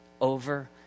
Over